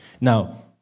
Now